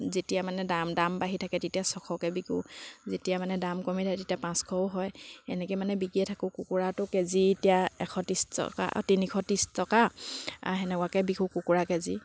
যেতিয়া মানে দাম দাম বাঢ়ি থাকে তেতিয়া ছশকৈ বিকো যেতিয়া মানে দাম কমি থাকে তেতিয়া পাঁচশও হয় এনেকৈ মানে বিকিয়ে থাকোঁ কুকুৰাটো কে জি এতিয়া এশ ত্ৰিছ টকা অ' তিনিশ ত্ৰিছ টকা সেনেকুৱাকৈ বিকো কুকুৰা কে জি